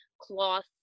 cloth